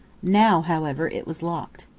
now, however, it was locked.